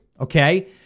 okay